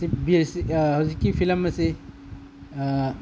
ꯍꯧꯖꯤꯛꯀꯤ ꯐꯤꯂꯝ ꯑꯁꯤ